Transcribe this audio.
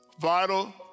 vital